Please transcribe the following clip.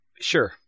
Sure